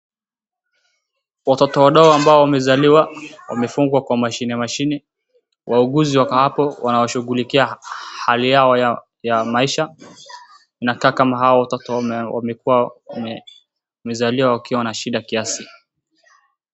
Watoto wandogo ambao wamezaliwa wamefungwa kwa mashini mashini, wauguzi wako hapo wanawashughulikia hali yao ya maisha, inakaa kama hao watoto eamezaliwa wakiwa na shinda kiasi.